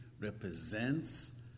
represents